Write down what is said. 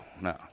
no